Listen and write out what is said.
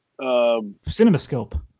CinemaScope